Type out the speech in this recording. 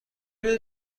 will